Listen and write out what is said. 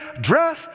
dress